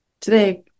today